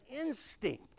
instinct